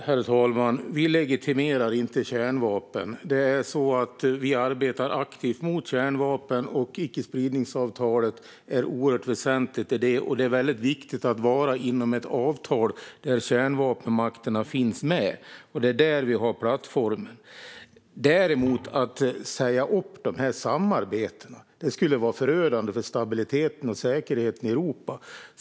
Herr talman! Vi legitimerar inte kärnvapen. Vi arbetar aktivt mot kärnvapen, och icke-spridningsavtalet är oerhört väsentligt i det arbetet. Det är väldigt viktigt att vara inom ett avtal där kärnvapenmakterna finns med, och det är där vi har plattformen. Att säga upp de här samarbetena skulle vara förödande för stabiliteten och säkerheten i Europa.